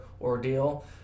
ordeal